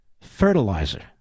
fertilizer